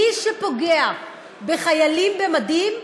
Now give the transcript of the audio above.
מי שפוגע בחיילים במדים,